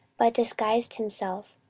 but disguised himself,